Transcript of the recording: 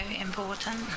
important